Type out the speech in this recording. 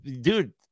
dude